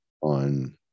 on